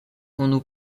unu